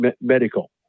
medical